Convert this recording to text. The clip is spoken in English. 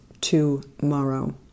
tomorrow